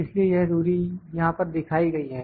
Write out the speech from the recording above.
इसलिए यह दूरी यहां पर दिखाई गई है